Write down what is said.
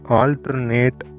alternate